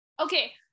Okay